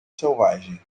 selvagem